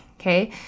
Okay